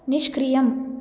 निष्क्रियम्